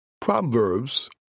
Proverbs